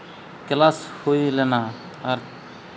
class ᱦᱩᱭ ᱞᱮᱱᱟ ᱟᱨ